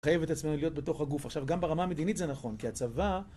חייב את עצמנו להיות בתוך הגוף. עכשיו, גם ברמה המדינית זה נכון, כי הצבא...